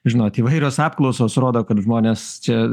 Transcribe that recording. žinot įvairios apklausos rodo kad žmonės čia